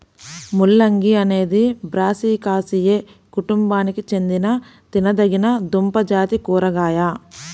ముల్లంగి అనేది బ్రాసికాసియే కుటుంబానికి చెందిన తినదగిన దుంపజాతి కూరగాయ